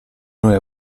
noi